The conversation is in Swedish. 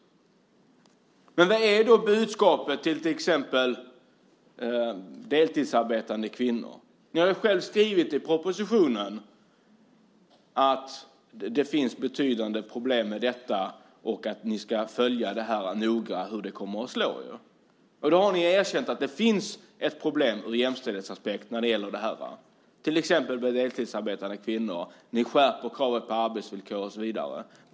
Men vad är då budskapet till exempel till deltidsarbetande kvinnor? Ni skriver själva i propositionen att det finns betydande problem med detta och att ni noga ska följa hur det här kommer att slå. Därmed har ni erkänt att det finns ett problem från jämställdhetsaspekten, till exempel när det gäller deltidsarbetande kvinnor. Ni skärper kraven på arbetsvillkor och så vidare.